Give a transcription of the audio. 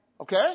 Okay